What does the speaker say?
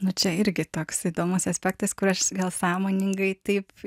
na čia irgi toks įdomus aspektas kur aš gal sąmoningai taip